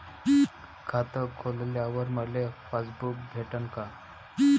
खातं खोलल्यावर मले पासबुक भेटन का?